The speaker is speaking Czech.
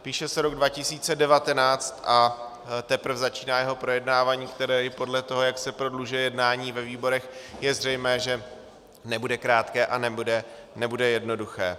Píše se rok 2019 a teprve začíná jeho projednávání, které, i podle toho, jak se prodlužuje jednání ve výborech, je zřejmé, že nebude krátké a nebude jednoduché.